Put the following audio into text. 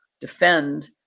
defend